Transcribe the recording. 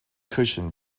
cushion